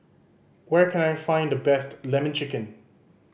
where can I find the best Lemon Chicken